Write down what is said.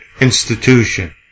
institution